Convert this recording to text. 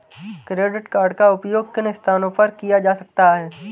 Credit card का उपयोग किन स्थानों पर किया जा सकता है?